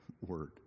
word